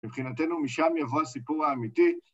מבחינתנו משם יבוא הסיפור האמיתי.